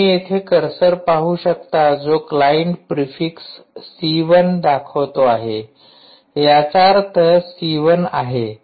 तुम्ही इथे कर्सर पाहू शकता जो क्लाइंट प्रिफिक्स सी १ दाखवतो आहे याचा अर्थ इथे सी १ आहे